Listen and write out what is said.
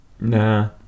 Nah